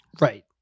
Right